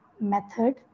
method